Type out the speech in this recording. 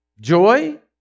joy